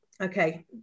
Okay